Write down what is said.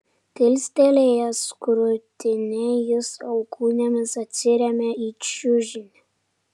kilstelėjęs krūtinę jis alkūnėmis atsiremia į čiužinį